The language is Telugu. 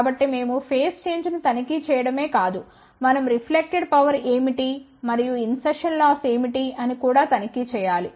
కాబట్టి మేము ఫేజ్ చేంజ్ ను తనిఖీ చేయడమే కాదు మనం రిఫ్లెక్టెడ్ పవర్ ఏమిటి మరియు ఇన్సర్షన్ లాస్ ఏమిటి అని కూడా తనిఖీ చేయాలి